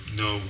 no